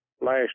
last